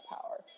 power